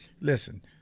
Listen